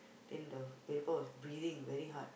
then the was breathing very hard